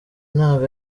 ntabwo